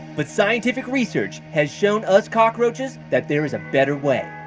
but scientific research has shown us cockroaches that there is a better way.